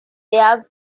their